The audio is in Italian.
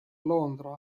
londra